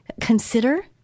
consider